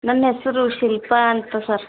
ನನ್ನ ಹೆಸರು ಶಿಲ್ಪಾ ಅಂತ ಸರ್